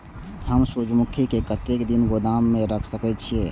हम सूर्यमुखी के कतेक दिन गोदाम में रख सके छिए?